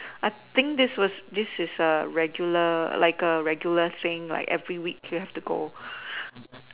I think this was this is a regular like a regular thing like every week you have to go